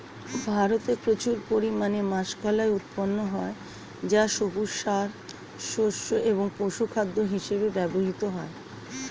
ভারতে প্রচুর পরিমাণে মাষকলাই উৎপন্ন হয় যা সবুজ সার, শস্য এবং পশুখাদ্য হিসেবে ব্যবহৃত হয়